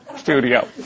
studio